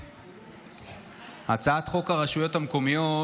הצעת חוק הרשויות המקומיות,